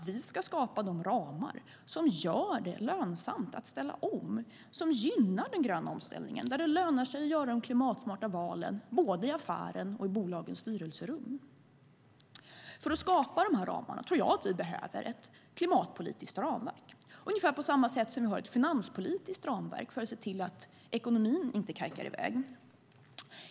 Vi ska skapa de ramar som gör det lönsamt att ställa om och som gynnar den gröna omställningen där det lönar sig att göra de klimatsmarta valen både i affären och i bolagens styrelserum. För att skapa dessa ramar tror jag att vi behöver ett klimatpolitiskt ramverk, ungefär på samma sätt som vi har ett finanspolitiskt ramverk för att se till att ekonomin inte kajkar i väg.